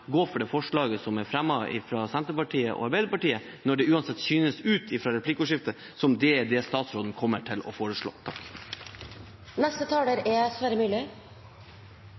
gå for det forslaget som er fremmet fra Senterpartiet og Arbeiderpartiet, når det uansett synes – ut fra replikkordskiftet – som om det er det statsråden kommer til å foreslå.